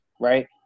right